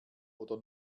oder